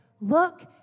look